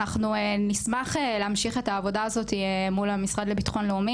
אנחנו נשמח להמשיך את העבודה הזאת מול המשרד לביטחון לאומי,